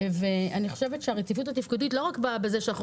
ואני חושבת שהרציפות התפקודית לא רק באה בזה שאנחנו